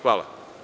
Hvala.